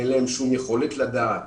אין להם שום יכולת לדעת